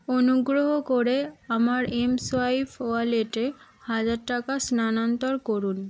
অনুগ্রহ করে আমার এম সোয়াইপ ওয়ালেটে হাজার টাকা স্থানান্তর করুন